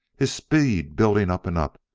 his speed building up and up,